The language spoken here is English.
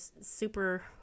super